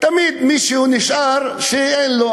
תמיד נשאר מישהו שאין לו,